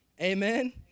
Amen